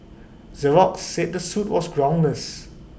Xerox said the suit was groundless